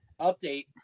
update